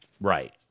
Right